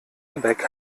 airbag